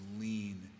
lean